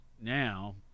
now